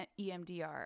EMDR